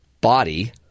body